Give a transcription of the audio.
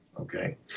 okay